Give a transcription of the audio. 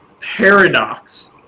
paradox